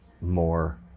more